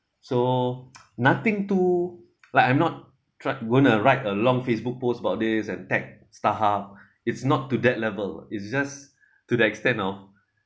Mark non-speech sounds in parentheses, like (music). so (noise) nothing too like I'm not try going to write a long facebook post about this and tag starhub it's not to that level is just to that extent of